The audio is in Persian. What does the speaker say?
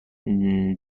دریا